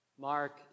Mark